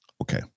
Okay